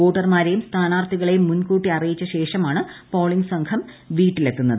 വോട്ടർമാരെയും സ്ഥാനാർത്ഥികളെയും മുൻകൂട്ടി അറിയിച്ച ശേഷമാണ് പോളിംഗ് സംഘം വീടുകളിലെത്തുന്നത്